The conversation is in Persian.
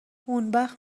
اونوقت